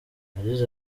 yagize